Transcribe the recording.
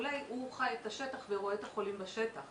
מה עושה יהודה כשהוא נמצא בצרה והוא רואה שאין לו יותר תקווה,